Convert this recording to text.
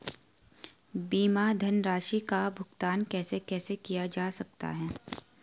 बीमा धनराशि का भुगतान कैसे कैसे किया जा सकता है?